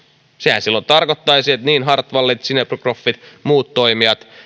sehän silloin tarkoittaisi että niin hartwallit sinebrychoffit kuin muutkin toimijat